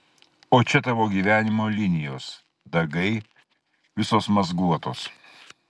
o čia tavo gyvenimo linijos dagai visos mazguotos